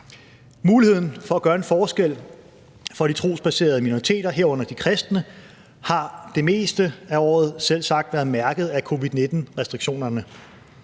Muligheden for at gøre en forskel for de trosbaserede minoriteter, herunder de kristne, har det meste af året selvsagt været mærket af covid-19-restriktionerne.